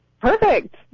Perfect